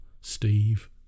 Steve